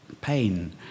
pain